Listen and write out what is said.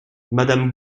madame